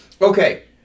okay